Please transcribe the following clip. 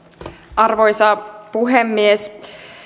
arvoisa puhemies